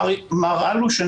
מר אלוש,